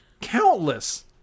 countless